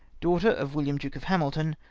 daughter of william duke of hamilton,